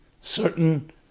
Certain